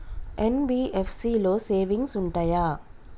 NBFC లో savings ఉంటయా?